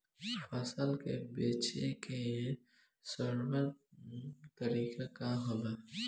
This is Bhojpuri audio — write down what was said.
फसल के बेचे के सर्वोत्तम तरीका का होला?